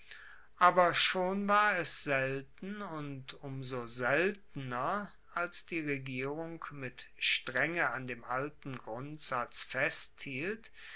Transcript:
aber schon war es selten und um so seltener als die regierung mit strenge an dem alten grundsatz festhielt